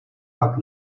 pak